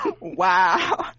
Wow